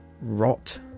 rot